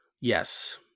Yes